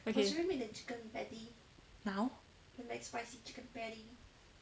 now